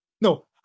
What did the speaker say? no